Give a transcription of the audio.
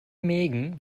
mägen